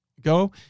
go